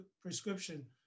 prescription